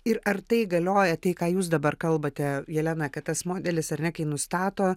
ir ar tai galioja tai ką jūs dabar kalbate jelena kad tas modelis ar ne kai nustato